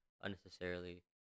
unnecessarily